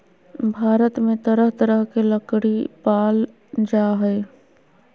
भारत में तरह तरह के लकरी पाल जा हइ